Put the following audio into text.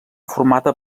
formada